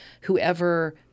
whoever